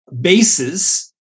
bases